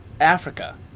Africa